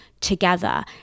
together